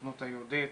יושב ראש הסוכנות,